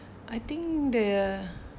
I think they're